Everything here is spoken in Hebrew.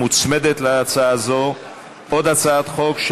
מוצמדת להצעת החוק הזאת עוד הצעת חוק: